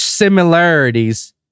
similarities